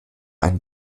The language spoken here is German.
eine